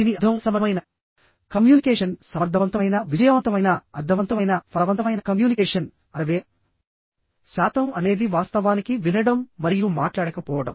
దీని అర్థం అసమర్థమైన కమ్యూనికేషన్ సమర్థవంతమైన విజయవంతమైన అర్ధవంతమైన ఫలవంతమైన కమ్యూనికేషన్ 60 శాతం అనేది వాస్తవానికి వినడం మరియు మాట్లాడకపోవడం